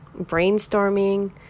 brainstorming